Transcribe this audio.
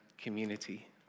community